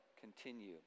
continue